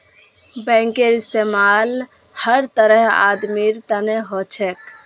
बैंकेर इस्तमाल हर तरहर आदमीर तने हो छेक